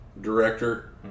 director